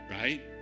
right